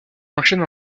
enchaîne